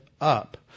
up